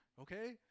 okay